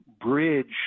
bridge